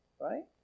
Right